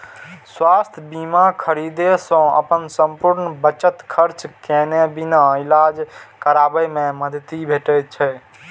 स्वास्थ्य बीमा खरीदै सं अपन संपूर्ण बचत खर्च केने बिना इलाज कराबै मे मदति भेटै छै